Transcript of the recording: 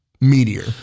meteor